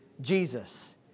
Jesus